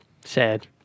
Sad